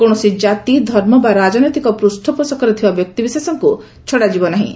କୌଣସି ଜାତି ଧର୍ମ ବା ରାଜନୈତିକ ପୃଷ୍ଠପୋଷକରେ ଥିବା ବ୍ୟକ୍ତିବିଶେଷଙ୍କୁ ଛଡାଯିବ ନାହିଁ